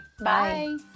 Bye